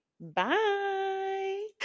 Bye